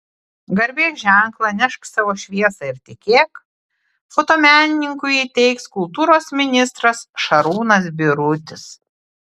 garbės ženklą nešk savo šviesą ir tikėk fotomenininkui įteiks kultūros ministras šarūnas birutis